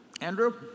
Andrew